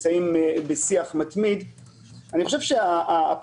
אנחנו נמצאים בשיח מתמיד,